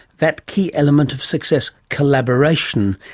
that key element of success collaboration,